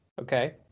okay